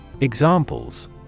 Examples